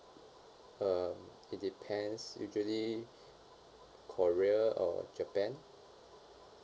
uh it depends usually korea or japan